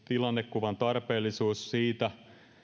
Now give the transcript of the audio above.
tilannekuvan tarpeellisuus siitä